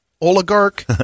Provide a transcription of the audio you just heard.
oligarch